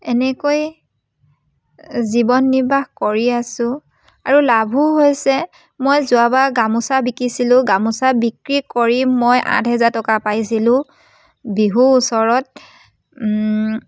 এনেকৈ জীৱন নিৰ্বাহ কৰি আছোঁ আৰু লাভো হৈছে মই যোৱাবাৰ গামোচা বিকিছিলোঁ গামোচা বিক্ৰী কৰি মই আঠ হেজাৰ টকা পাইছিলোঁ বিহুৰ ওচৰত